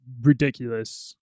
ridiculous